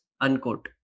unquote